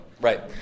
Right